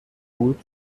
wohl